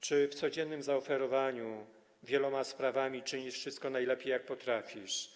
Czy w codziennym zaaferowaniu wieloma sprawami czynisz wszystko najlepiej, jak potrafisz?